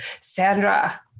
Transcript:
Sandra